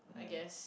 I guess